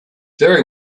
very